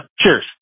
cheers